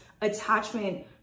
attachment